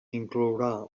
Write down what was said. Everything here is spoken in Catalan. inclourà